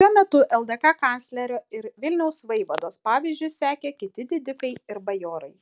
šiuo ldk kanclerio ir vilniaus vaivados pavyzdžiu sekė kiti didikai ir bajorai